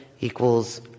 equals